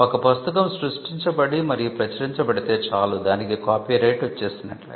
ఒక పుస్తకం సృష్టించబడి మరియు ప్రచురించబడితే చాలు దానికి కాపీరైట్ వచ్చేసినట్లే